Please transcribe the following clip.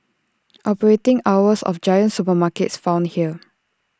operating hours of giant supermarkets found here